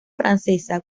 francesa